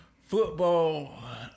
Football